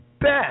best